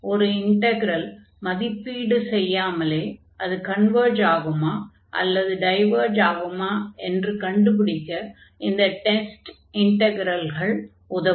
ஒரு இன்டக்ரல் மதிப்பீடு செய்யாமலே அது கன்வர்ஜ் ஆகுமா அல்லது டைவர்ஜ் ஆகுமா என்று கண்டுபிடிக்க இந்த டெஸ்ட் இன்டக்ரல்கள் உதவும்